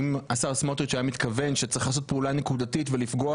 אם השר סמוטריץ' היה מתכוון שצריך לעשות פעולה נקודתית ולפגוע